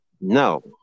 no